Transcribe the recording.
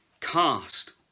cast